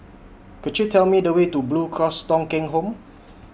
Could YOU Tell Me The Way to Blue Cross Thong Kheng Home